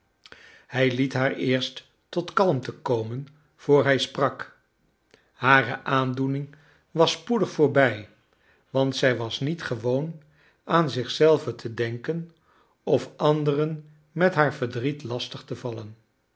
hij liet haar eerst tot kalmte komen voor hij sprak hare aandoening was spoedig voorbij want zij was niet gewoon aan zich zelve te denken of anderen met haar verdriet lastig te vallen